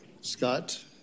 Scott